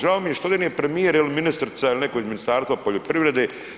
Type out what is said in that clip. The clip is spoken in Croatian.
Žao mi je šta ovdje nije premijer ili ministrica ili neko iz Ministarstva poljoprivrede.